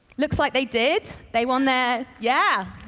looks like they did. they won their yeah.